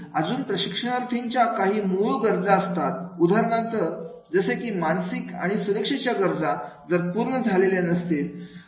अजून प्रशिक्षणार्थींच्या काही मूळ गरज असतात उदाहरणार्थ जसे की मानसिक आणि सुरक्षेच्या गरजा जर पूर्ण झालेले नसतात